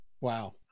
Wow